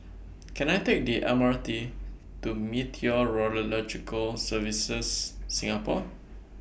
Can I Take The M R T to Meteorological Services Singapore